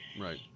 Right